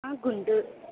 Guntur